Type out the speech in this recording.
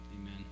Amen